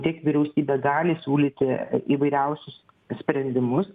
tiek vyriausybė gali siūlyti įvairiausius sprendimus